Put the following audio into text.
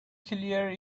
clear